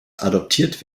adoptiert